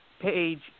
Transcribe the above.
page